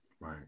Right